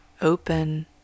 open